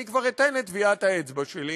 אני כבר אתן את טביעת האצבע שלי